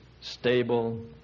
stable